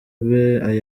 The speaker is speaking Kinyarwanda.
bebe